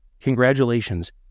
congratulations